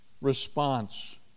response